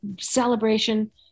celebration